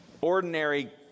ordinary